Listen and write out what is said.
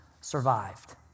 survived